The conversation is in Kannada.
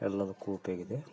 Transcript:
ಎಲ್ಲದಕ್ಕೂ ಉಪ್ಯೋಗ ಇದೆ